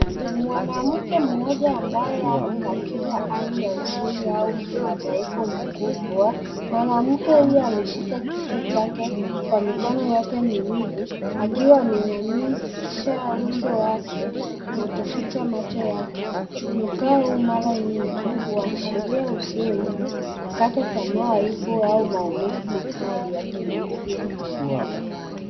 Mwanamke mmoja ambaye ako katika hali huzuni au mfadhaiko mkubwa. Mwanamke huyo ameshika kichwa chake kwa mikono yote miwili akiwa ameinamisha uso wake na kuficha macho yake. Mkao huu mara nyingi huashiria huzuni, kukata tamaa hivo au maumivu makali ya kihisia.